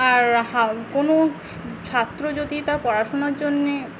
আর কোনো ছাত্র যদি তার পড়াশুনার জন্যে